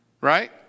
right